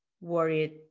worried